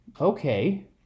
okay